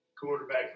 quarterback